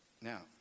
Now